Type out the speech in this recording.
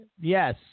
Yes